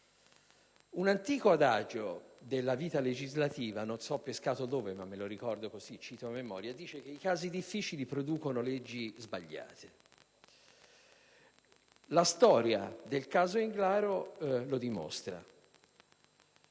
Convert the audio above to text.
Un antico adagio della vita legislativa, di cui non ricordo la provenienza ma che cito a memoria, dice che i casi difficili producono leggi sbagliate. La storia del caso Englaro lo dimostra.